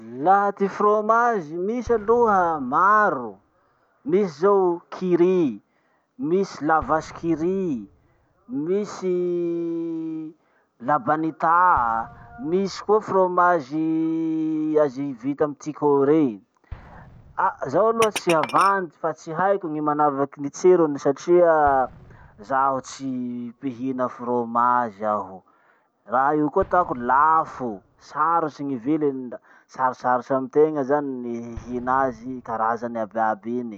Laha ty fromazy misy aloha maro: misy zao qui rit, misy la vache qui rit, misy la banita, misy koa fromazy azy vita amy tiko rey. Ah! Zaho aloha tsy havandy fa tsy haiko gny manavaky ny tsirony satria zaho tsy mpihina fromazy aho. Raha io koa ataoko lafo, sarotsy gny viliny la sarosarotsy amy tegna zany ny hihina azy, karazany iaby iaby iny.